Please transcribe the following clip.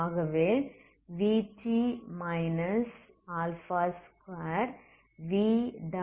ஆகவே vt 2vxx0